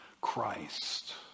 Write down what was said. christ